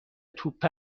توپ